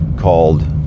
called